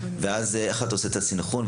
ואז איך אתה עושה את הסנכרון?